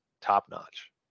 top-notch